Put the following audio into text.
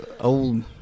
old